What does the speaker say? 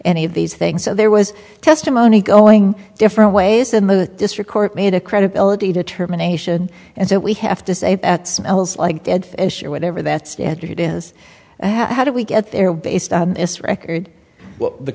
any of these things so there was testimony going different ways and move district court made a credibility determination and so we have to say that smells like dead fish or whatever that standard is how do we get there this record the